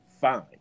fine